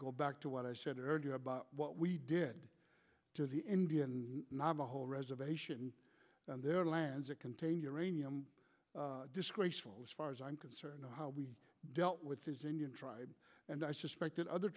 go back to what i said earlier about what we did to the indian navajo reservation and their lands that contain uranium disgraceful as far as i'm concerned how we dealt with his indian tribe and i suspect that other